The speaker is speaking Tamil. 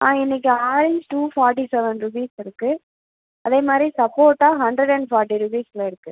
ஆ இன்னைக்கு orange two forty seven rupees இருக்குது அதே மாதிரி சப்போட்டா ஹண்ரட் அண் ஃபாட்டி ருப்பீஸ்சில் இருக்குது